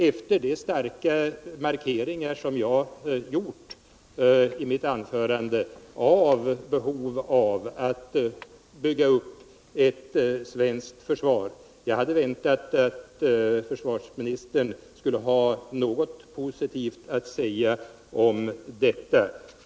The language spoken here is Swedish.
Efter de starka markeringar som jag gjorde i mitt anförande rörande behovet av att bygga upp ett svenskt försvar hade jag väntat att försvarsministern skulle ha något positivt att säga om detta.